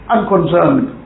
Unconcerned